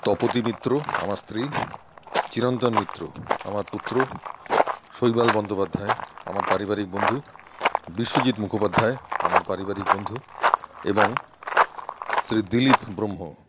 তপতী মিত্র আমার স্ত্রী চিরন্তন মিত্র আমার পুত্র শৈবাল বন্দ্যোপাধ্যায় আমার পারিবারিক বন্ধু বিশ্বজিৎ মুখোপাধ্যায় আমার পারিবারিক বন্ধু এবং শ্রী দিলিপ বহ্ম